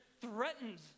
threatened